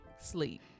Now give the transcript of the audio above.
sleep